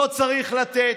לא צריך לתת?